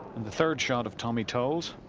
the third shot of tommy tolles.